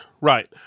right